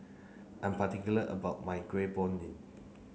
I'm particular about my